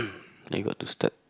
I got to start